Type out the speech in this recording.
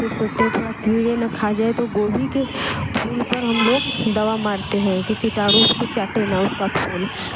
फिर सोचते है थोड़ा कीड़े ना खा जाए तो गोभी के फूल पर हम लोग दवा मारते हैं कि कीटाणु उसको चाटे ना उसका फूल